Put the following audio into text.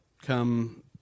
come